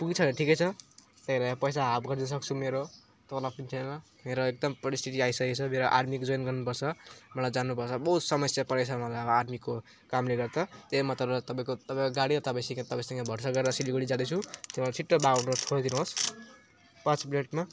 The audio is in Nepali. पुगेछ भने ठिकै छ त्यही भएर पैसा हाफ गरिदिनुसक्छु मेरो तलब पनि छैन मेरो एकदम परिस्थिति आइसकेको छ मेरो आर्मीको जोइन गर्नुपर्छ मलाई जानुपर्छ बहुत समस्या परेको छ मलाई अब आर्मीको कामले गर्दा त्यही म तर तपाईँको तपाईँको गाडी र तपाईँसँग तपाईँसँग भरोसा गरेर सिलिगुढी जाँदैछु त्यो मलाई छिट्टो बाघडुगरा छोडिदिनुहोस् पाँच मिनेटमा